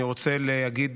אני רוצה להגיד